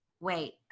Wait